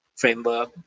framework